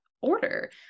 order